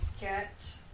get